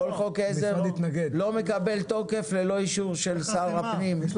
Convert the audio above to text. חוק עזר לא מקבל תוקף ללא אישור של שר הפנים.